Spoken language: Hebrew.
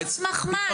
על סמך מה?